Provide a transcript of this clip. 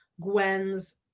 Gwen's